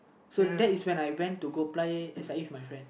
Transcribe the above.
so that is when I went to go apply S_I_A for my friend